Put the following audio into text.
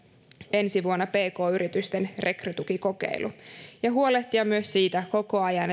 ensi vuonna pk yritysten rekrytukikokeilun ja huolehtia koko ajan